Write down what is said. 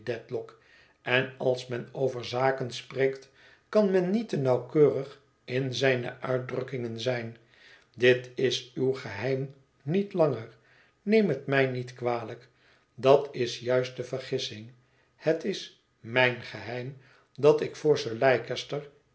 en als men over zaken spreekt kan men niet te nauwkeurig in zijne uitdrukkingen zijn dit is uw geheim niet langer neem het mij niet kwalijk dat is juist de vergissing het is mijn geheim dat ik voor sir